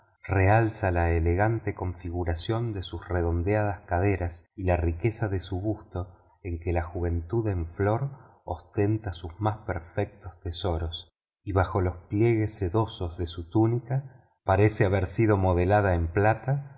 realza la elegante configuración de sus redondeadas caderas y la riqueza de su busto en que la juventud en flor ostenta sus más perfectos tesoros y bajo los pliegues sedosos de su túnica parece haber sido modelada en plata